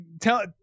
tell